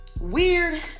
Weird